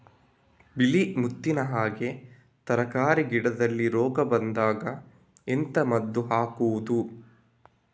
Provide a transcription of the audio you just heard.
ಬಿಳಿ ಮುತ್ತಿನ ಹಾಗೆ ತರ್ಕಾರಿ ಗಿಡದಲ್ಲಿ ರೋಗ ಬಂದಾಗ ಎಂತ ಮದ್ದು ಹಾಕುವುದು?